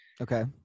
Okay